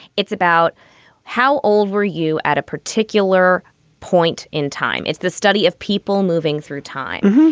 it's about how old were you at a particular point in time? it's the study of people moving through time.